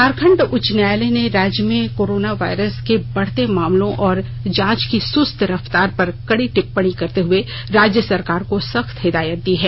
झारखंड उच्च न्यायालय ने राज्य में कोरोना वायरस के बढ़ते मामलों और जांच की सुस्त रफ्तार पर कड़ी टिप्पणी करते हुए राज्य सरकार को सख्त हिदायत दी है